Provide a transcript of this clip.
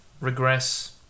regress